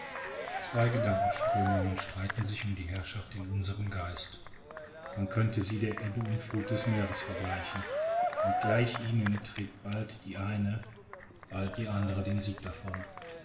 zwei gedankenströmungen streiten sich um die herrschaft in unserem geist man könnte sie der ebbe und fluth des meeres vergleichen und gleich ihnen trägt bald die eine bald die andere den sieg davon